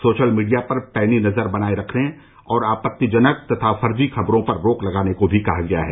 social media पर पैनी नजर बनाये रखने और आपत्तिजनक तथा फर्जी खबरों पर रोक लगाने को भी कहा गया है